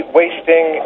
wasting